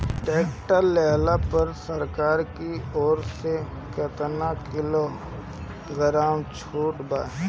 Tractor लिहला पर सरकार की ओर से केतना किलोग्राम छूट बा?